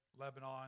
Lebanon